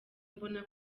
mbona